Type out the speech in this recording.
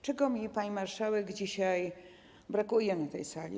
Czego mi, pani marszałek, dzisiaj brakuje na tej sali?